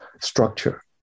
structure